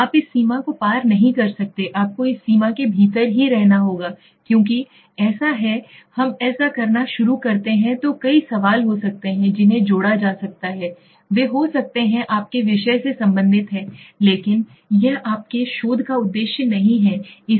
आप इस सीमा को पार नहीं कर सकते आपको इस सीमा के भीतर ही रहना होगा क्योंकि ऐसा है हम ऐसा करना शुरू करते हैं तो कई सवाल हो सकते हैं जिन्हें जोड़ा जा सकता है वे हो सकते हैं आपके विषय से संबंधित है लेकिन यह आपके शोध का उद्देश्य नहीं है